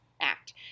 act